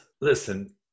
listen